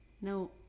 No